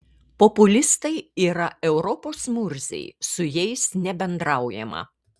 populistai yra europos murziai su jais nebendraujama